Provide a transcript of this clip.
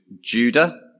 Judah